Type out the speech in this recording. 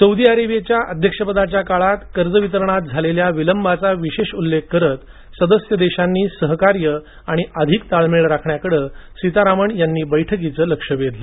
Saudi अरेबियाच्या अध्यक्ष पदाच्या काळात कर्ज वितरणात झालेल्या विलंबाचा विशेष उल्लेख करत सदस्य देशांनी सहकार्य आणि अधिक ताळमेळ राखण्याकडे सीतारमण यांनी बैठकीचे लक्ष वेधले